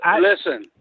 listen